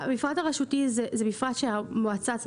המפרט הרשותי מאושר על ידי המועצה.